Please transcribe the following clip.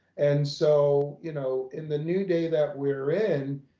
and so you know in the new day that we're in,